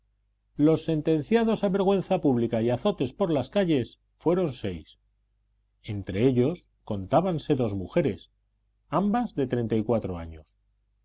los sentenciados a vergüenza pública y azotes por las calles fueron seis entre ellos contábanse dos mujeres ambas de treinta y cuatro años